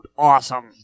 awesome